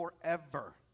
forever